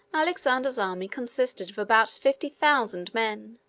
alexander's army consisted of about fifty thousand men,